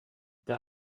der